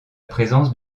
présence